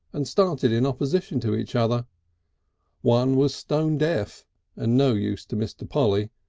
and started in opposition to each other one was stone deaf and no use to mr. polly,